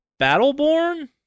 Battleborn